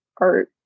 art